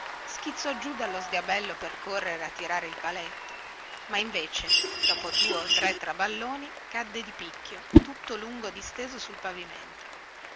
schizzò giù dallo sgabello per correre a tirare il paletto ma invece dopo due o tre traballoni cadde di picchio tutto lungo disteso sul pavimento